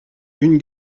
une